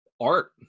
art